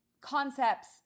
concepts